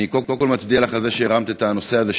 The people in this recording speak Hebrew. אני קודם כול מצדיע לך על זה שהרמת את הנושא הזה,